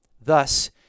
Thus